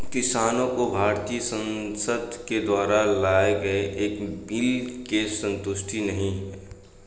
किसानों को भारतीय संसद के द्वारा लाए गए नए बिल से संतुष्टि नहीं है